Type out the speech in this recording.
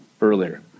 earlier